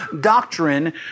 doctrine